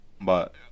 But-